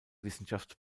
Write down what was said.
wissenschaft